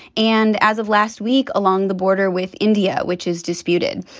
and as of last week, along the border with india, which is disputed,